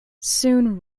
soon